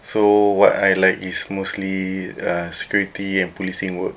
so what I like is mostly uh security and policing work